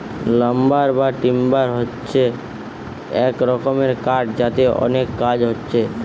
lumber বা timber হচ্ছে এক রকমের কাঠ যাতে অনেক কাজ হচ্ছে